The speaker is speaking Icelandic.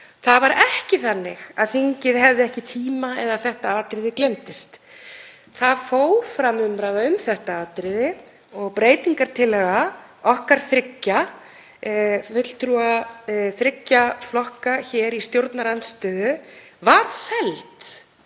Það var ekki þannig að þingið hefði ekki tíma eða þetta atriði gleymdist. Umræða fór fram um þetta atriði og breytingartillaga okkar þriggja, fulltrúa þriggja flokka í stjórnarandstöðu, var felld.